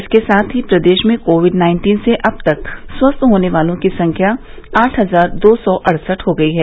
इसके साथ ही प्रदेश में कोविड नाइन्टीन से अब तक स्वस्थ होने वालों की संख्या आठ हजार दो सौ अड़सठ हो गई है